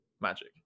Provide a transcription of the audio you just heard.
magic